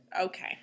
Okay